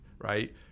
right